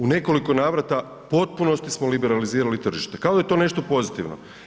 U nekoliko navrata u potpunosti smo liberalizirali tržište kao ta je to nešto pozitivno.